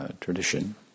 tradition